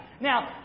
Now